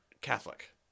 Catholic